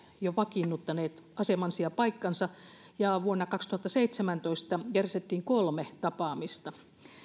jo vakiinnuttaneet asemansa ja paikkansa ja vuonna kaksituhattaseitsemäntoista järjestettiin kolme tapaamista